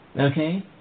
okay